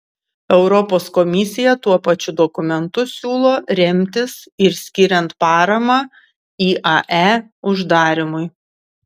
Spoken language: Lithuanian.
europos komisija tuo pačiu dokumentu siūlo remtis ir skiriant paramą iae uždarymui